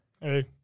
Hey